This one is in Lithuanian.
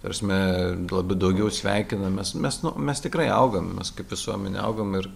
ta prasme galbūt daugiau sveikinamės mes nu mes tikrai augam kaip visuomenė augam ir